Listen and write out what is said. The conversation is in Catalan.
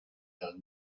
del